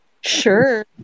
sure